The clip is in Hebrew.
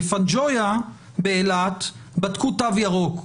בפאנג'ויה באילת בדקו תו ירוק,